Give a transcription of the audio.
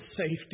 safety